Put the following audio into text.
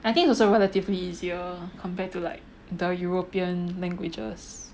I think is also relatively easier compared to like the European languages